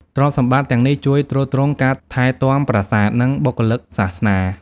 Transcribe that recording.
ទ្រព្យសម្បត្តិទាំងនេះជួយទ្រទ្រង់ការថែទាំប្រាសាទ និងបុគ្គលិកសាសនា។